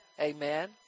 Amen